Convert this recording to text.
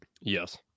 Yes